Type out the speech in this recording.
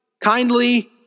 kindly